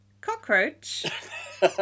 Cockroach